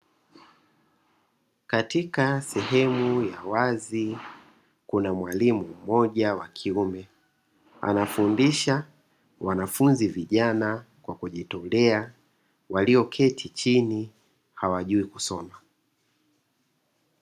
Katika sehemu ya wazi, kuna mwalimu mmoja wa kiume anafundisha wanafunzi vijana kwa kujitolea, walioketi chini hawajui kusoma.